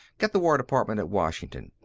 get the war department at washington.